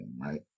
right